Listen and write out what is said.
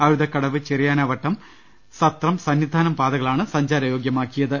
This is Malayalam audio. അഴുതക്കടവ് ചെറിയാനവട്ടം സത്രം സന്നിധാനം പാതകളാണ് സഞ്ചാരയോഗൃ മാക്കിയത്